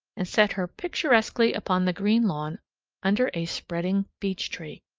and set her picturesquely upon the green lawn under a spreading beech tree.